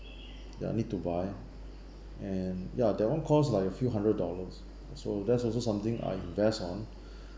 that I need to buy and ya that one cost like a few hundred dollars also that's also something I invest on